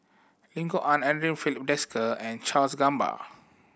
Lim Kok Ann Andre Filipe Desker and Charles Gamba